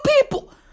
people